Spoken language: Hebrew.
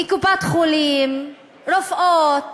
מקופת-חולים, רופאות,